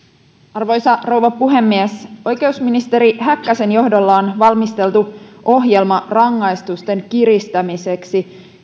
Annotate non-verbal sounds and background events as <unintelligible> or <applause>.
arvoisa rouva puhemies oikeusministeri häkkäsen johdolla on valmisteltu ohjelma rangaistusten kiristämiseksi <unintelligible>